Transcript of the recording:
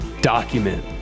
document